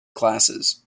classes